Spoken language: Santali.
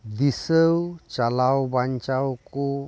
ᱫᱤᱥᱟᱹᱣ ᱪᱟᱞᱟᱣ ᱵᱟᱧᱪᱟᱣ ᱠᱚ